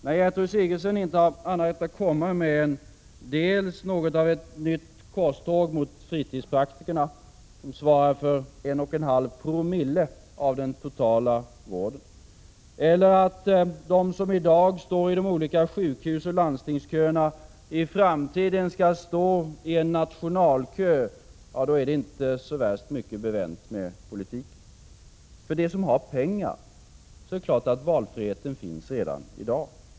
När Gertrud Sigurdsen inte har annat att komma med än dels ett nytt korståg mot fritidspraktiker, som svarar för 1,5 Ze av den totala vården, dels att de som i dag står i de olika sjukhusoch landstingsköerna i framtiden skall stå i en nationalkö, då är det inte mycket bevänt med politiken. För dem som har mycket pengar finns valfriheten redan i dag.